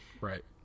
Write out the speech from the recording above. right